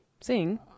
Sing